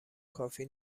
کافی